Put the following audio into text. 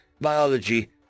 biology